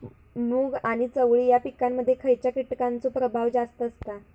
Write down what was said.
मूग आणि चवळी या पिकांमध्ये खैयच्या कीटकांचो प्रभाव जास्त असता?